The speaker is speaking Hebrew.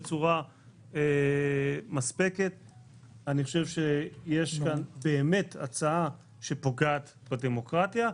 אני חושב שיש כאן באמת הצעה שפוגעת בדמוקרטיה,